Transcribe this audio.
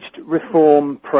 reform